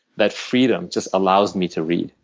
that freedom just allows me to read.